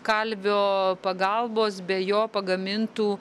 kalvio pagalbos be jo pagamintų